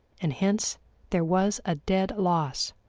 and hence there was a dead loss.